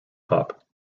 pop